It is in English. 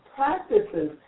practices